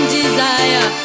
desire